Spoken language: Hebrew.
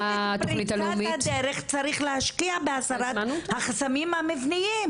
את קפיצת הדרך צריך להשקיע בהסרת חסמים המבניים.